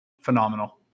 phenomenal